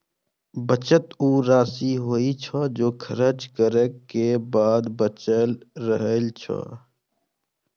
बचत ऊ राशि होइ छै, जे खर्च करै के बाद बचल रहै छै